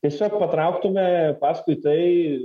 tiesiog patrauktume paskui tai